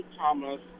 Thomas